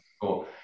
cool